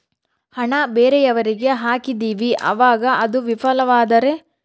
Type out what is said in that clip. ಹಣ ಬೇರೆಯವರಿಗೆ ಹಾಕಿದಿವಿ ಅವಾಗ ಅದು ವಿಫಲವಾದರೆ?